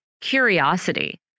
curiosity